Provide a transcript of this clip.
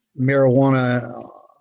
marijuana